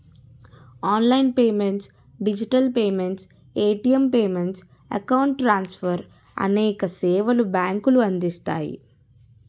online payments digital payments, ATM payments, account transfer అనేక సేవలు బ్యాంకులు అందిస్తాయి